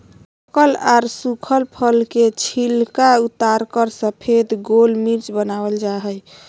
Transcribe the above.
पकल आर सुखल फल के छिलका उतारकर सफेद गोल मिर्च वनावल जा हई